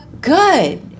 good